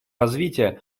развития